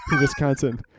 Wisconsin